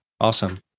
Awesome